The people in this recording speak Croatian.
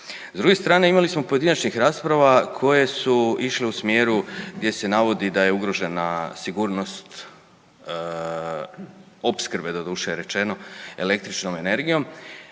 S druge strane imali smo pojedinačnih rasprava koje su išle u smjeru gdje se navodi da je ugrožena sigurnost opskrbe doduše rečeno električnom energijom.